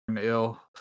ill